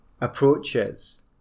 approaches